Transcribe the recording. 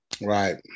Right